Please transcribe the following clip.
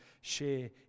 share